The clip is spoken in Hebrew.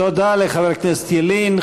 תודה לחבר הכנסת ילין.